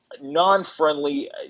non-friendly